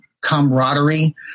camaraderie